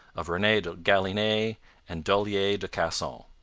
of rene de galinee and dollier de casson.